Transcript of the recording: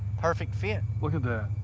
perfect fit. look at that.